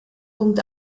punkt